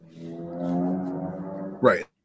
right